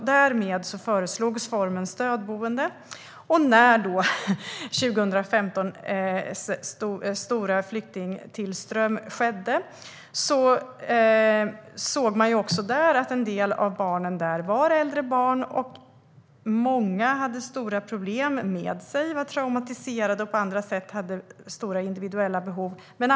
Därför föreslogs formen stödboende. När den stora flyktingtillströmningen skedde 2015 såg man att en del av barnen var äldre och att många hade stora problem med sig, var traumatiserade och hade stora individuella behov på andra sätt.